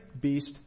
beast